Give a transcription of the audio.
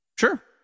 Sure